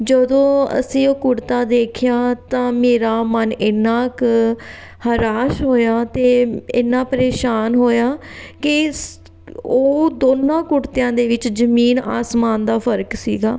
ਜਦੋਂ ਅਸੀਂ ਉਹ ਕੁੜਤਾ ਦੇਖਿਆ ਤਾਂ ਮੇਰਾ ਮਨ ਇੰਨਾਂ ਕੁ ਹਰਾਸ਼ ਹੋਇਆ ਅਤੇ ਇੰਨਾਂ ਪਰੇਸ਼ਾਨ ਹੋਇਆ ਕਿ ਸ ਉਹ ਦੋਨਾਂ ਕੁੜਤਿਆਂ ਦੇ ਵਿੱਚ ਜ਼ਮੀਨ ਆਸਮਾਨ ਦਾ ਫਰਕ ਸੀਗਾ